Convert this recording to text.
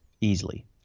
easily